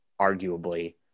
arguably